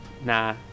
Nah